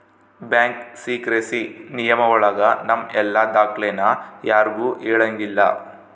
bank secrecy ನಿಯಮ ಒಳಗ ನಮ್ ಎಲ್ಲ ದಾಖ್ಲೆನ ಯಾರ್ಗೂ ಹೇಳಂಗಿಲ್ಲ